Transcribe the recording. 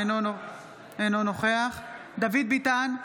אינו נוכח דוד ביטן,